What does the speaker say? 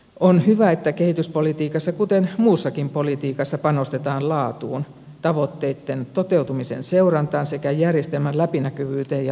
on hyvä että kehityspolitiikassa kuten muussakin politiikassa panostetaan laatuun tavoitteitten toteutumisen seurantaan sekä järjestelmän läpinäkyvyyteen ja luotettavuuteen